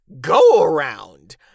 go-around